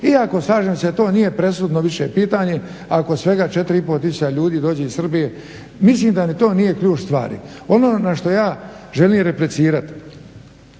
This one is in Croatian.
iako slažem se da to nije presudno više pitanje ako svega 4500 ljudi dođe iz Srbije. Mislim da ni to nije ključ stvari. Ono na što ja želim replicirati,